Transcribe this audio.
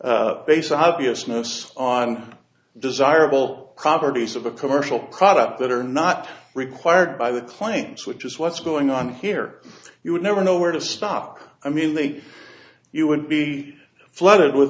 obviousness on desirable properties of a commercial product that are not required by the claims which is what's going on here you would never know where to stop i mean they you would be flooded with